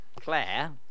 Claire